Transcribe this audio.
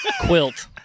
Quilt